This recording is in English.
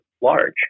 large